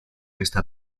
esta